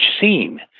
scene